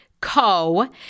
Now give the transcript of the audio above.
Co